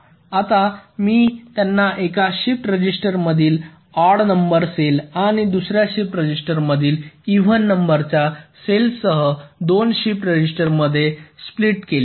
आता मी त्यांना एका शिफ्ट रजिस्टरमधील ऑड नंबर सेल आणि दुसर्या शिफ्ट रजिस्टरमधील इव्हन नंबरच्या सेल्स सह 2 शिफ्ट रजिस्टरमध्ये स्प्लिट केले